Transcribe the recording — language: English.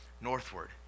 Northward